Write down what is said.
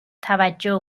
توجه